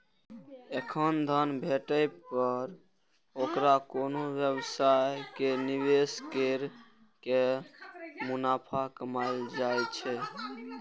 एखन धन भेटै पर ओकरा कोनो व्यवसाय मे निवेश कैर के मुनाफा कमाएल जा सकैए